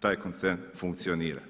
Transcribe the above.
taj koncern funkcionira.